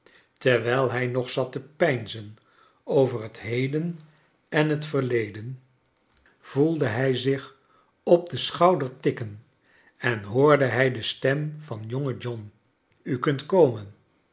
terwijl hij nog zat te peinzen over het heden en het verleden voelde kleine dorrit hij zich op den schouder tikken en hoorde hij de stem van jonge john u kunt komen